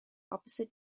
opposite